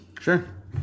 sure